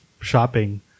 shopping